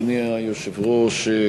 אדוני היושב-ראש,